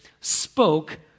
spoke